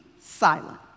silent